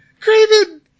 Craven